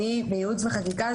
אני תחת הייעוץ והחקיקה,